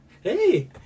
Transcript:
Hey